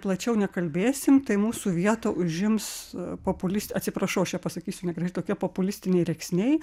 plačiau nekalbėsim tai mūsų vietą užims populistai atsiprašau aš čia pasakysiu negražiai tokie populistiniai rėksniai